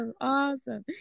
Awesome